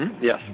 Yes